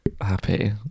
happy